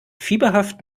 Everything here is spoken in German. fieberhaft